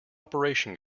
operation